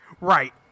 Right